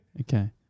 Okay